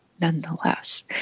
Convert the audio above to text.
nonetheless